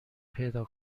پیدا